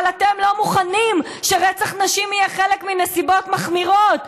אבל אתם לא מוכנים שרצח נשים יהיה חלק מנסיבות מחמירות.